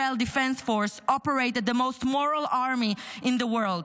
Defense Forces operate as the most moral army in the world.